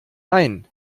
ein